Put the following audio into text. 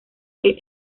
que